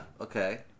Okay